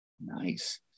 nice